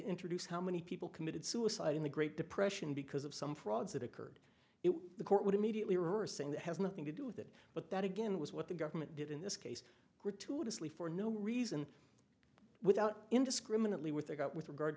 introduce how many people committed suicide in the great depression because of some fraud that occurred it the court would immediately we're saying that has nothing to do with it but that again was what the government did in this case gratuitously for no reason without indiscriminantly what they got with regard